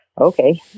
okay